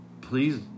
please